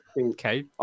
okay